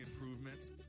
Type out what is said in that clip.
improvements